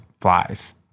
flies